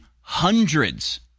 hundreds